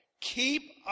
keep